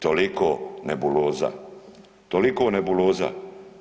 Toliko nebuloza, toliko nebuloza.